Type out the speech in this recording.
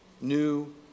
new